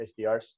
SDRs